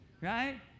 right